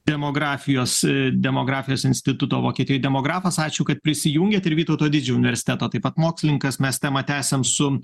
demografijos demografijos instituto vokietijoje demografas ačiū kad prisijungėt ir vytauto didžiojo universiteto taip pat mokslininkas mes temą tęsiame su